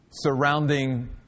surrounding